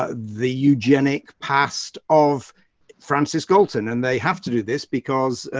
ah the eugenic past of francisco, colton, and they have to do this because, ah,